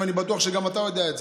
ואני בטוח שגם אתה יודע את זה.